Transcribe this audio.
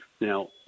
Now –